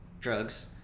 drugs